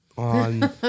on